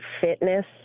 fitness